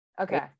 Okay